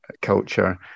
culture